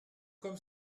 comme